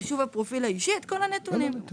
לחישוב הפרופיל האישי את כל הנתונים.